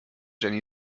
jenny